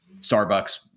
Starbucks